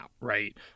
right